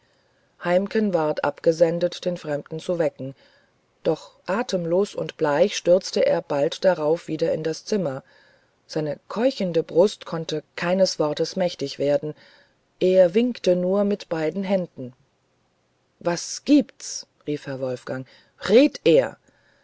heimken ward abgesendet den fremden zu wecken doch atemlos und bleich stürzte er bald darauf wieder in das zimmer seine keuchende brust konnte keines wortes mächtig werden er winkte nur mit beiden händen was gibt's rief herr wolfgang red er